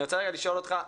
אני רוצה רגע לשאול אותך,